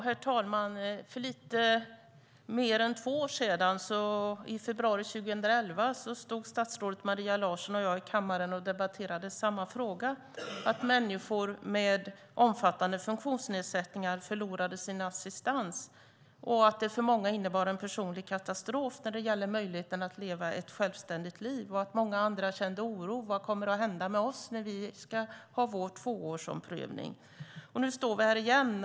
Herr talman! För ungefär två år sedan, i februari 2011, stod statsrådet Maria Larsson och jag i kammaren och debatterade samma fråga, att människor med omfattande funktionsnedsättningar förlorade sin assistans, att det för många innebar en personlig katastrof när det gällde möjligheten att leva ett självständigt liv och att många andra kände oro. Vad kommer att hända med oss när vi ska ha vår tvåårsomprövning? Nu står vi här igen.